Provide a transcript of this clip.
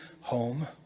home